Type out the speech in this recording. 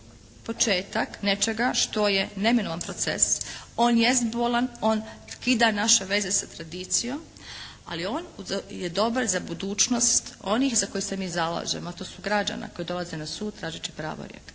početak nečega što je neminovan proces. On jest bolan, on kida naše veze sa tradicijom, ali on je dobar za budućnost onih za koje se mi zalažemo a to su građani koji dolaze na sud tražeći pravorijek.